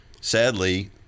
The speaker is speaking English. Sadly